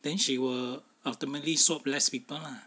then she will ultimately swab less people lah